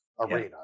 arena